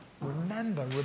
remember